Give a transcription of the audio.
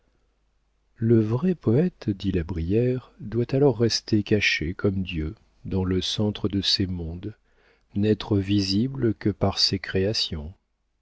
le vrai poëte dit la brière doit alors rester caché comme dieu dans le centre de ses mondes n'être visible que par ses créations